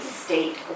state